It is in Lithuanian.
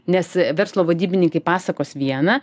nes verslo vadybininkai pasakos vieną